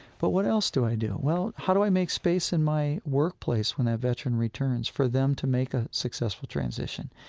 but what else do i do? well, how do i make space in my workplace when a veteran returns, for them to make a successful transition?